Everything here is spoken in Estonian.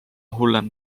hullem